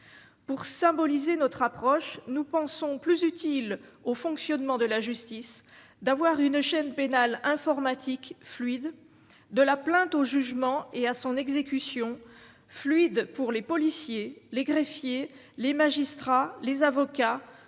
pour symboliser notre approche, nous pensons plus utiles au fonctionnement de la justice d'avoir une chaîne pénale informatique fluide de la plainte au jugement et à son exécution fluide pour les policiers, les greffiers, les magistrats, les avocats